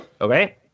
Okay